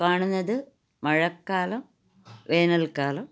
കാണുന്നത് മഴക്കാലം വേനൽക്കാലം